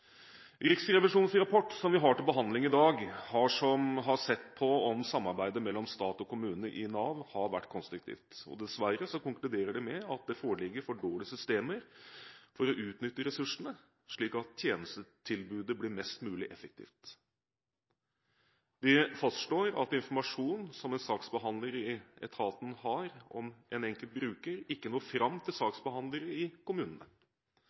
Riksrevisjonens rapport, som vi har til behandling i dag, har sett på om samarbeidet mellom stat og kommune i Nav har vært konstruktivt. Dessverre konkluderer man med at det foreligger for dårlige systemer for å utnytte ressursene slik at tjenestetilbudet blir mest mulig effektivt. Rapporten fastslår at informasjonen som en saksbehandler i etaten har om en enkelt bruker, ikke når fram til saksbehandlerne i kommunene,